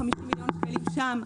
50 מיליון שקלים שם,